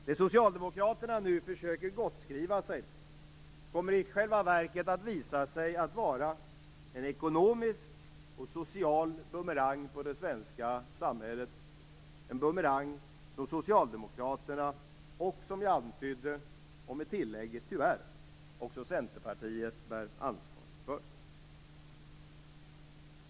Det Socialdemokraterna nu försöker gottskriva sig kommer i själva verket att visa sig vara en ekonomisk och social bumerang för det svenska samhället, en bumerang som Socialdemokraterna och - som jag antydde förut med tillägget "tyvärr" - och Centerpartiet bär ansvaret för.